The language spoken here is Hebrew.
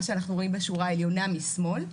מה שרואים בשורה העליונה משמאל,